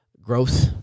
growth